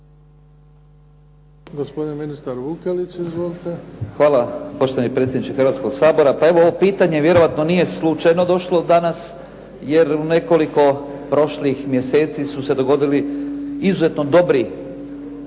Hvala poštovani predsjedniče Hrvatskog sabora. Pa ovo pitanje vjerojatno nije slučajno došlo danas jer u nekoliko prošlih mjeseci su se dogodili izuzetno dobri